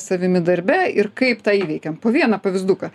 savimi darbe ir kaip tą įveikėm po vieną pavyzduką